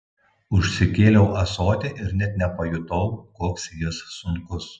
užsikėliau ąsotį ir net nepajutau koks jis sunkus